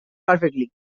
perfectly